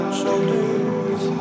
shoulders